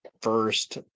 first